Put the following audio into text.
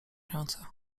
ręce